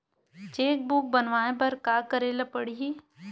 Cheque book बनवाय बर का करे ल पड़हि?